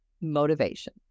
motivation